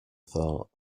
thought